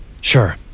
sure